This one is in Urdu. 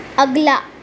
اگلا